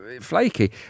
flaky